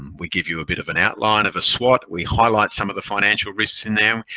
we give you a bit of an outline of a swot. we highlight some of the financial risks in there.